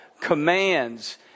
commands